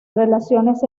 relaciones